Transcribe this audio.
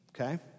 Okay